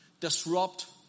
Disrupt